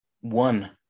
One